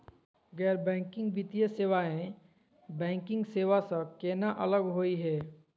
गैर बैंकिंग वित्तीय सेवाएं, बैंकिंग सेवा स केना अलग होई हे?